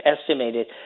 estimated